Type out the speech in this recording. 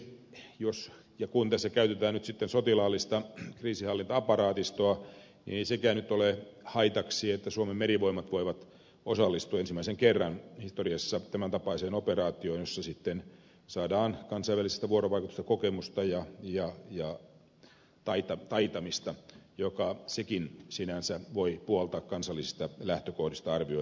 kolmanneksi jos ja kun tässä käytetään nyt sitten sotilaallista kriisinhallinta aparaatistoa niin ei sekään nyt ole haitaksi että suomen merivoimat voivat osallistua ensimmäisen kerran historiassa tämän tapaiseen operaatioon jossa sitten saadaan kansainvälisestä vuorovaikutuksesta kokemusta ja taitamista mikä sekin sinänsä voi puoltaa kansallisista lähtökohdista arvioituna tätä asiaa